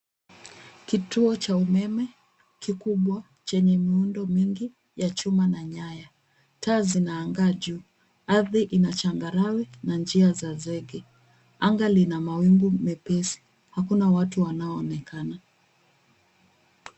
Kituo cha umeme kikubwa chenye miundo mingi ya chuma na nyaya taa zinaagaa juu ardhi inachagarawe na njia za zege anga linamawigu mepesi hakuna watu wanaoonekana .